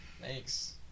Thanks